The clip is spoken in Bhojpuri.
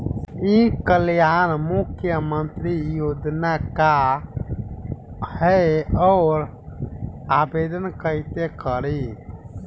ई कल्याण मुख्यमंत्री योजना का है और आवेदन कईसे करी?